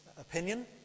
opinion